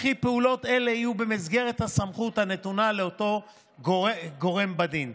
וכי פעולות אלה יהיו במסגרת הסמכות הנתונה לאותו גורם בדין.